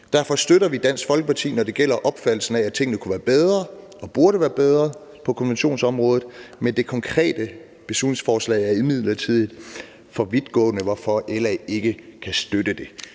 Derfor støtter vi Dansk Folkeparti, når det gælder opfattelsen af, at tingene kunne være bedre og burde være bedre på konventionsområdet, men det konkrete beslutningsforslag er imidlertid for vidtgående, hvorfor LA ikke kan støtte det.